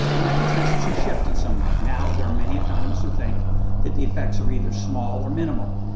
and that consensus has shifted somewhat. now there are many economists who think that the effects are either small or minimal.